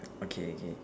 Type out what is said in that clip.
okay okay